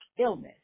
illness